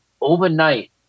overnight